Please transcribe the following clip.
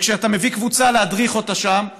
וכשאתה מביא קבוצה להדריך אותה שם,